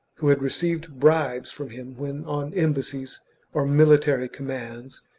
who had received bribes from him when on embassies or military commands,